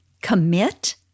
commit